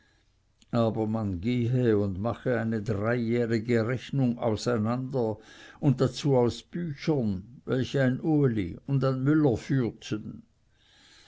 aber man gehe und mache eine dreijährige rechnung auseinander und dazu aus büchern welche ein uli und ein müller führten